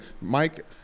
Mike